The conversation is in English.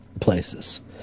places